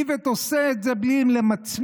איווט עושה את זה בלי למצמץ,